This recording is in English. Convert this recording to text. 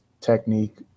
technique